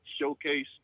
showcase